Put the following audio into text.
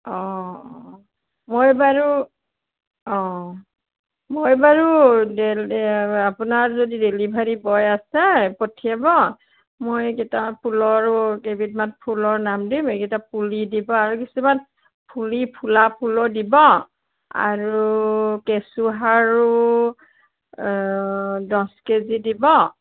অঁ অঁ মই বাৰু অঁ মই বাৰু ডেল আপোনাৰ যদি ডেলিভাৰী বয় আছে পঠিয়াব মই এইকেইটা ফুলৰো কেইবিধমান ফুলৰ নাম দিম এইকেইটা পুলি দিব আৰু কিছুমান ফুলি ফুলা ফুলো দিব আৰু কেঁচুসাৰো দহ কেজি দিব